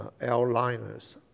airliners